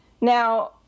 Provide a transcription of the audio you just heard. Now